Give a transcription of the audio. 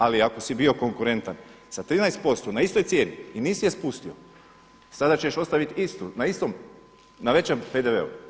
Ali ako si bio konkurentan sa 13% na istoj cijeni i nisi je spustio, sada ćeš ostaviti istu na istom, na većem PDV-u.